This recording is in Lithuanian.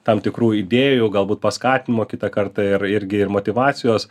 tam tikrų idėjų galbūt paskatinimo kitą kartą ir irgi ir motyvacijos